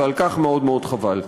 ועל כך מאוד מאוד חבל.